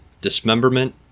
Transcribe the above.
dismemberment